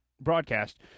broadcast